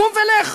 קום ולך.